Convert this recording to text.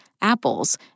apples